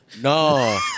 no